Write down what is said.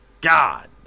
God